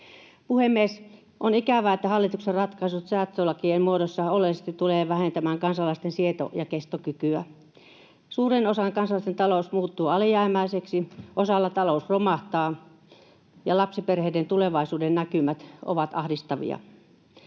Puhemies! On ikävää, että hallituksen ratkaisut säästölakien muodossa oleellisesti tulevat vähentämään kansalaisten sieto- ja kestokykyä. Suurella osalla kansalaisista talous muuttuu alijäämäiseksi, osalla talous romahtaa, ja lapsiperheiden tulevaisuuden näkymät ovat ahdistavia.